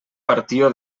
partió